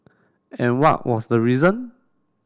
and what was the reason